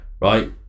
right